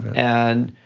and,